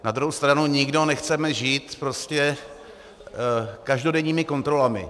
Na druhou stranu nikdo nechceme žít každodenními kontrolami.